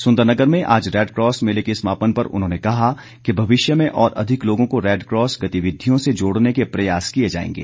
सुंदरनगर में आज रेडक्रॉस मेले के समापन पर उन्होंने कहा कि भविष्य में और अधिक लोगों को रेडक्रॉस गतिविधियों से जोड़ने के प्रयास किए जाएंगे